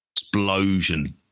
explosion